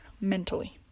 mentally